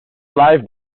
live